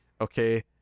okay